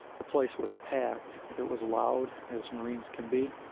the place was packed. it was loud, as marines can be.